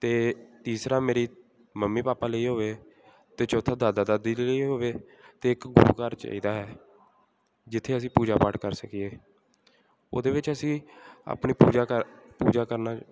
ਅਤੇ ਤੀਸਰਾ ਮੇਰੀ ਮੰਮੀ ਪਾਪਾ ਲਈ ਹੋਵੇ ਅਤੇ ਚੌਥਾ ਦਾਦਾ ਦਾਦੀ ਦੇ ਲਈ ਹੋਵੇ ਅਤੇ ਇੱਕ ਗੁਰੂ ਘਰ ਚਾਹੀਦਾ ਹੈ ਜਿੱਥੇ ਅਸੀਂ ਪੂਜਾ ਪਾਠ ਕਰ ਸਕੀਏ ਉਹਦੇ ਵਿੱਚ ਅਸੀਂ ਆਪਣੀ ਪੂਜਾ ਕਰ ਪੂਜਾ ਕਰਨਾ